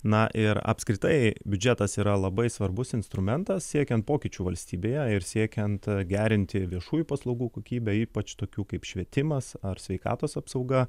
na ir apskritai biudžetas yra labai svarbus instrumentas siekiant pokyčių valstybėje ir siekiant gerinti viešųjų paslaugų kokybę ypač tokių kaip švietimas ar sveikatos apsauga